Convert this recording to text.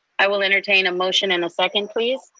i will entertain a motion and a second, please.